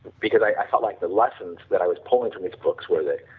because i felt like the lessons that i was pulling to these books where they,